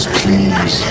please